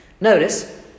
Notice